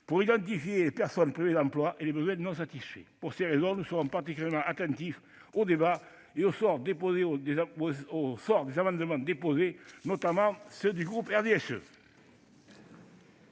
pour identifier les personnes privées d'emploi et les besoins non satisfaits. Pour ces raisons, nous serons particulièrement attentifs aux débats et au sort réservé aux amendements déposés, notamment ceux du groupe RDSE.